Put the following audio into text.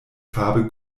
farbe